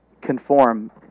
conform